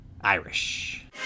Irish